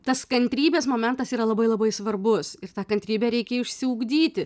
tas kantrybės momentas yra labai labai svarbus ir tą kantrybę reikia išsiugdyti